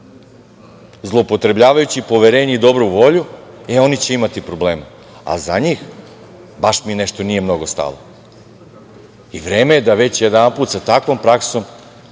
zloupotrebljavajući poverenje i dobru volju, e oni će imati problema. A, za njih, baš mi nešto nije mnogo stalo i vreme je da već jedanput sa takvom praksom